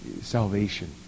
salvation